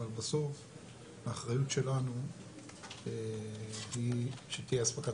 אבל בסוף האחריות שלנו היא שתהיה אספקת